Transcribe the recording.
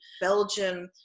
Belgium